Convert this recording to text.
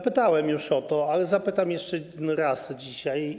Pytałem już o to, ale zapytam jeszcze raz dzisiaj.